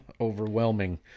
overwhelming